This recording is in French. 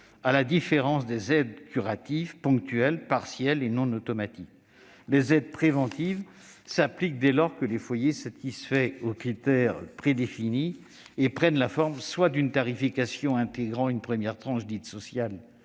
À la différence des aides curatives, ponctuelles, partielles et non automatiques, les aides préventives s'appliquent dès lors que le foyer satisfait aux critères prédéfinis et prennent la forme soit d'une tarification intégrant une première tranche dite sociale